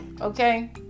okay